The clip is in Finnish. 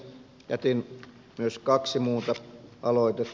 jätin myös kaksi muuta aloitetta